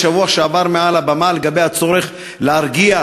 בשבוע שעבר מעל הבמה לגבי הצורך להרגיע,